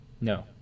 No